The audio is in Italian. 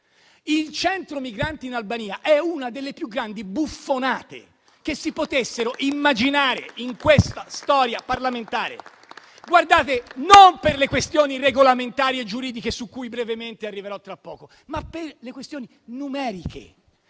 Il centro migranti in Albania è una delle più grandi buffonate che si potessero immaginare in questa storia parlamentare. E non per questioni regolamentari e giuridiche, su cui brevemente arriverò tra poco, ma per questioni numeriche.